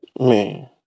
Man